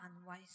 unwise